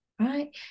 right